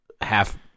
half